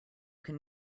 can